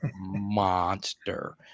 monster